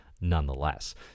nonetheless